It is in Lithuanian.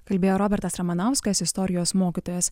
kalbėjo robertas ramanauskas istorijos mokytojas